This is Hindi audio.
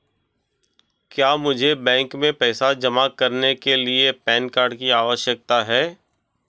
क्या मुझे बैंक में पैसा जमा करने के लिए पैन कार्ड की आवश्यकता है?